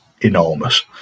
enormous